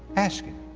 ask him.